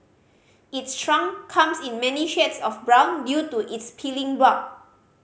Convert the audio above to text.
its trunk comes in many shades of brown due to its peeling bark